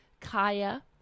Kaya